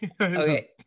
okay